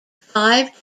five